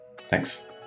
Thanks